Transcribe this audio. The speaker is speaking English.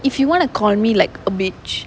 if you want to call me like a bitch